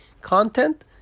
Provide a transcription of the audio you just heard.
content